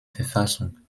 verfassung